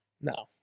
no